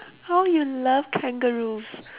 oh you love kangaroos